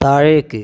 താഴേക്ക്